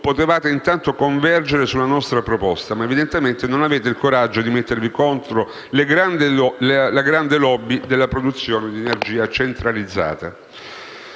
potevate intanto convergere sulla nostra proposta. Ma evidentemente non avete il coraggio di mettervi contro la grande *lobby* della produzione di energia centralizzata.